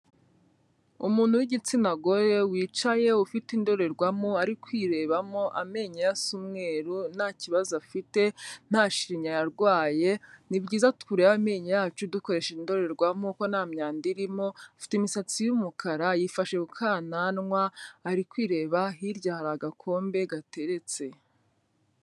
Umuntu w'igitsina gore wicaye ufite indorerwamo ari kwirebamo, amenyo ye asa umweru nta kibazo afite, nta shinya yarwaye, ni byiza turebabe amenyo yacu dukoresha indorerwamo ko nta myanda irimo, afite imisatsi y'umukara yifashe ku kananwa ari kwireba, hirya hari agakombe gateretse.